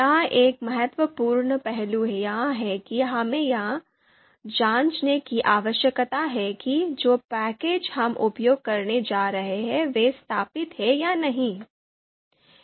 यहां एक महत्वपूर्ण पहलू यह है कि हमें यह जांचने की आवश्यकता है कि जो पैकेज हम उपयोग करने जा रहे हैं वे स्थापित हैं या नहीं